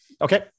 Okay